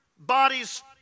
bodies